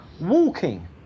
walking